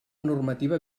normativa